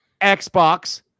Xbox